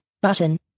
button